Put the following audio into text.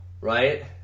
Right